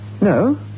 No